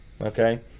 Okay